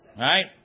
right